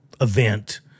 event